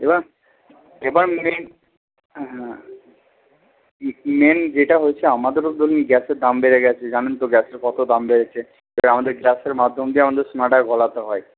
এবার এবার মেন হ্যাঁ মেন যেটা হচ্ছে আমাদেরও ও তো ধরুন গ্যাসের দাম বেড়ে গেছে জানেন তো গ্যাসের কত দাম বেড়েছে আমাদের গ্যাসের মাধ্যম দিয়ে আমাদের সোনাটা গলাতে হয়